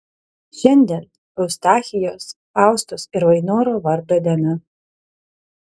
šiandien eustachijaus faustos ir vainoro vardo diena